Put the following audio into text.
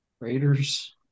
Raiders